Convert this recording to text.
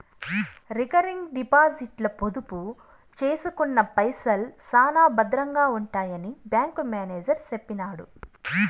recurring డిపాజిట్ల పొదుపు సేసుకున్న పైసల్ శానా బద్రంగా ఉంటాయని బ్యాంకు మేనేజరు సెప్పినాడు